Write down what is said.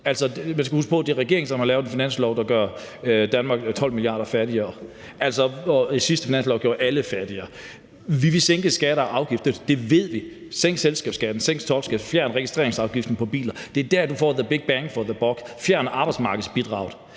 Man skal huske på, at det er regeringen, som har lavet en finanslov, der gør Danmark 12 mia. kr. fattigere – den sidste finanslov gjorde alle fattigere. Vi vil sænke skatter og afgifter – sænke selskabsskatten, sænke topskatten, fjerne registreringsafgiften på biler – for det er der, du får the big bang for the buck. Fjern arbejdsmarkedsbidraget,